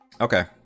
Okay